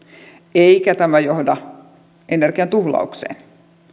eikä tämä johda energian tuhlaukseen